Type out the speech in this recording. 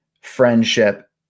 friendship